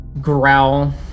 growl